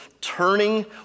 turning